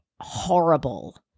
Horrible